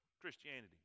Christianity